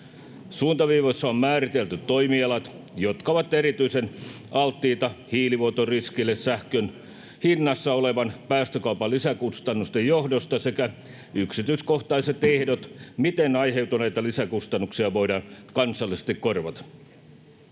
Suuntaviivoissa on määritelty toimialat, jotka ovat erityisen alttiita hiilivuotoriskille sähkön hinnassa olevan päästökaupan lisäkustannusten johdosta, sekä yksityiskohtaiset ehdot, miten aiheutuneita lisäkustannuksia voidaan kansallisesti korvata.